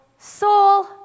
Soul